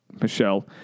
Michelle